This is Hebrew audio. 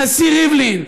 הנשיא ריבלין,